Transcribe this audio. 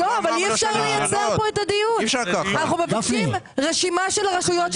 הם אמרו שהחלוקה תהיה לפי 2018. ביקשנו נתונים לגבי 2018,